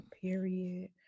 Period